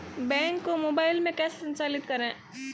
Bank को mobile में कैसे संचालित करें?